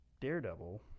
Daredevil